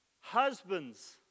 Husbands